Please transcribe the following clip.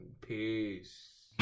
Peace